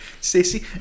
Stacy